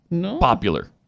popular